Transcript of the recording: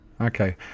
okay